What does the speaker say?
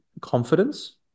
confidence